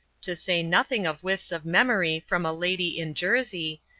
to say nothing of whiffs of memory from a lady in jersey,